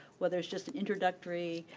whether it's just an introductory,